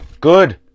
Good